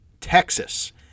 Texas